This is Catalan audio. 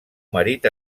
marit